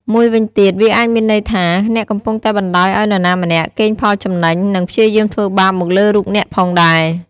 មួយវិញទៀត វាអាចមានន័យទៀតថា អ្នកកំពុងតែបណ្តោយឲ្យនរណាម្នាក់ កេងផលចំណេញ និង ព្យាយាមធ្វើបាបមកលើរូបអ្នកផងដែរ។